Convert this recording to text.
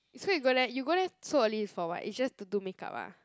so you go there you go there so early is for what is just to do makeup ah